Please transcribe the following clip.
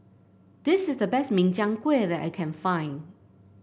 this is the best Min Chiang Kueh that I can find